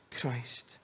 Christ